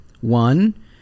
One